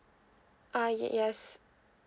uh yes